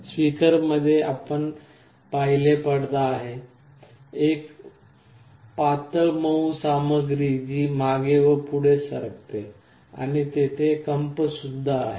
स्पीकरमध्ये आपण पाहिले पडदा आहे एक पातळ मऊ सामग्री जी मागे व पुढे सरकते आणि तेथे कंप सुद्धा आहे